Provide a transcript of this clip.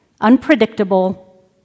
unpredictable